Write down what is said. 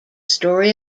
story